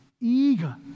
eager